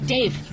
Dave